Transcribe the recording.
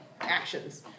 actions